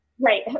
Right